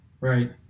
right